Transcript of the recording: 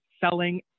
selling